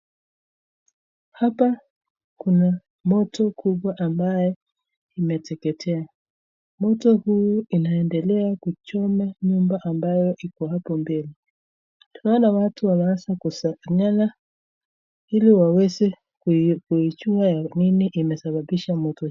Hapa kuna moto kubwa ambaye imeteketea. Moto huyu inaendelea kuchoma nyumba ambayo iko hapo mbele. Tunaoana watu wanaanza kusakanyana ili waweze kuijua nini imesababisha moto hi...